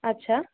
আচ্ছা